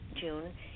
June